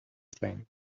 thing